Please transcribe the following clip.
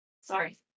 sorry